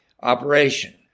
operation